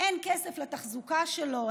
אין כסף לתחזוקה שלו,